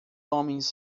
homens